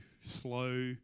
slow